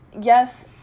yes